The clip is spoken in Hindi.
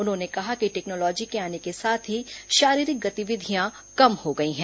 उन्होंने कहा कि टेक्नोलॉजी के आने के साथ ही शारीरिक गतिविधियां कम हो गई हैं